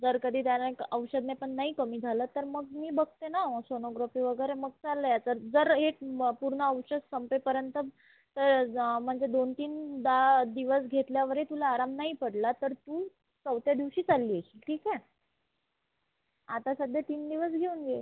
जर कधी औषधाने पण नाही कमी झालं तर मग मी बघते ना सोनोग्रोपी वगैरे मग चाललं आहे तर जर एक म पूर्ण औषध संपेपर्यंत जा म्हणजे दोनतीनदा दिवस घेतल्यावर ही तुला आराम नाही पडला तर तू चवथ्या दिवशी चालली येशील ठीक आहे आता सध्या तीन दिवस घेऊन घे